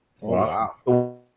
Wow